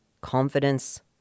confidence